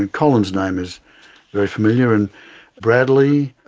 and collins' name is very familiar, and bradley,